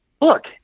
look –